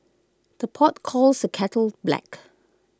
the pot calls the kettle black